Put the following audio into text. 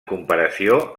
comparació